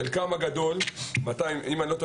חלקם הגדול, אם אני לא טועה